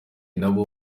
nabo